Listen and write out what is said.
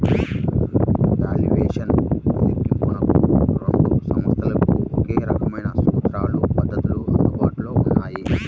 valuation లెక్కింపునకు రెండు సంస్థలకు ఒకే రకమైన సూత్రాలు, పద్ధతులు అందుబాటులో ఉన్నాయి